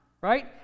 right